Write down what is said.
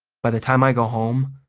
by the time i go home,